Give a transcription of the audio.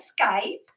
Skype